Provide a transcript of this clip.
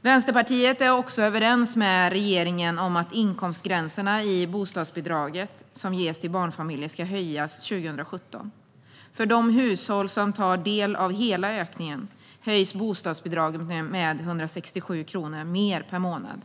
Vänsterpartiet är också överens med regeringen om att inkomstgränserna i bostadsbidraget som ges till barnfamiljer ska höjas 2017. För de hushåll som tar del av hela ökningen höjs bostadsbidraget med 167 kronor mer per månad.